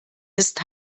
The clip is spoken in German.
ist